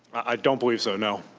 i don't believe so, no.